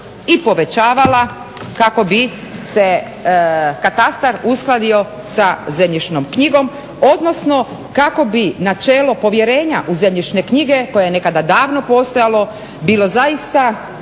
i povećavala kako bi se katastar uskladio sa zemljišnom knjigom, odnosno kako bi načelo povjerenja u zemljišne knjige koje je nekada davno postojalo bilo zaista